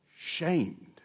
shamed